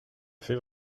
fait